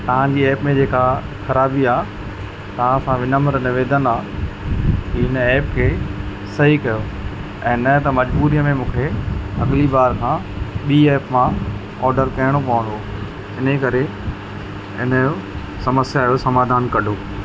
तव्हांजी ऐप में जेका ख़राबी आहे तव्हां सां विनम्र निवेदन आहे की हिन ऐप खे सही कयो ऐं न त मजबूरीअ में मूंखे अगली बार खां ॿी ऐप मां ऑडर करिणो पवंदो इन ई करे इन जो समस्या जो समाधानु कढो